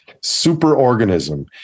Superorganism